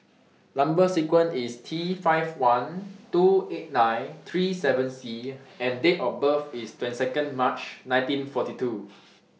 Number sequence IS T five one two eight nine three seven C and Date of birth IS twenty two March nineteen forty two